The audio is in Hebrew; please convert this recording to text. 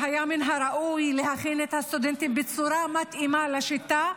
והיה מן הראוי להכין את הסטודנטים בצורה מתאימה לשיטה.